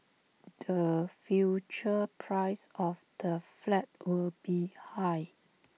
the future price of the flat will be high